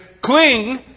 cling